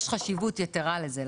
יש חשיבות יתרה לזה.